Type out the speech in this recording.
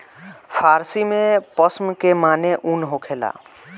फ़ारसी में पश्म के माने ऊन होखेला